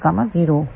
2 यहाँ है 1